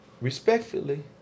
respectfully